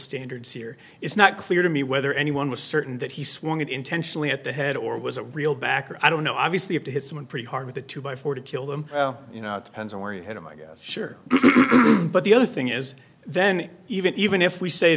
standards here it's not clear to me whether anyone was certain that he swung it intentionally at the head or was a real backer i don't know obviously if to hit someone pretty hard with a two by four to kill them you know hands on where you had him i guess sure but the other thing is then even even if we say